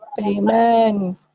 Amen